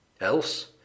Else